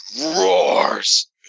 roars